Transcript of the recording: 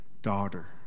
Daughter